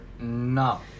No